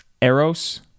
eros